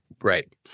Right